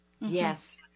Yes